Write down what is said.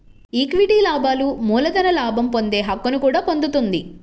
equity లాభాలు మూలధన లాభం పొందే హక్కును కూడా పొందుతుంది